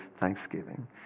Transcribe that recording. thanksgiving